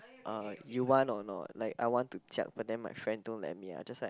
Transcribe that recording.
uh you want or not like I want to jiak but then my friend don't let me I just like